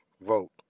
vote